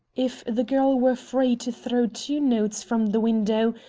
if the girl were free to throw two notes from the window,